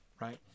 Right